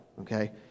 okay